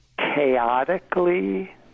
chaotically